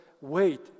wait